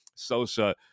Sosa